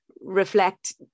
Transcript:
reflect